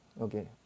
Okay